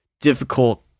difficult